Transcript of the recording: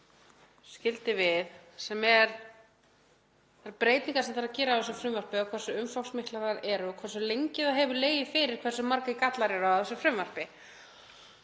skildi við, sem eru þær breytingar sem þarf að gera á þessu frumvarpi, hversu umfangsmiklar þær eru og hversu lengi það hefur legið fyrir hversu margir gallar eru á þessu frumvarpi.